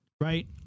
Right